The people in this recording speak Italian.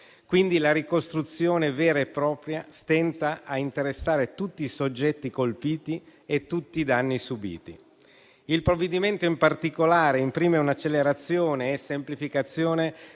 Quindi, la ricostruzione vera e propria stenta a interessare tutti i soggetti colpiti e tutti i danni subiti. Il provvedimento in particolare imprime un'accelerazione e una semplificazione